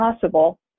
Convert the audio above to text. possible